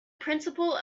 principle